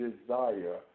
desire